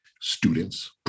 students